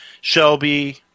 Shelby